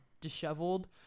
disheveled